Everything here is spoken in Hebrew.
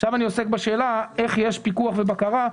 לצבע מסוים,